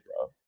bro